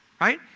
right